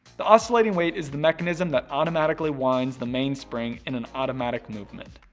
the oscillating weight is the mechanism that automatically winds the mainspring in an automatic movement.